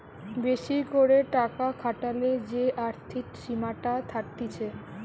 বেশি করে টাকা খাটালে যে আর্থিক সীমাটা থাকতিছে